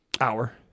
Hour